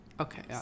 Okay